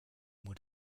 would